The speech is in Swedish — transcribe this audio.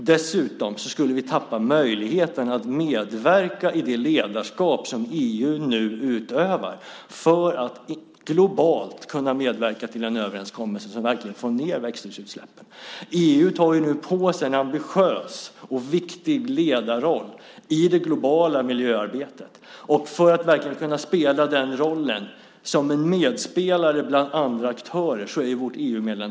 Dessutom skulle vi tappa möjligheten att medverka i det ledarskap som EU nu utövar för att kunna medverka till en global överenskommelse som verkligen får ned utsläppen av växthusgaser. EU tar nu på sig en ambitiös och viktig ledarroll i det globala miljöarbetet. Vårt EU-medlemskap är en förutsättning för att vi verkligen ska kunna spela rollen som en medspelare bland andra aktörer.